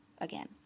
again